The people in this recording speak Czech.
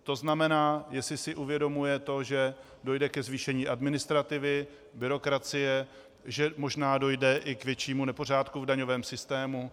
To znamená, jestli si uvědomuje to, že dojde ke zvýšení administrativy, byrokracie, že možná dojde i k většímu nepořádku v daňovém systému.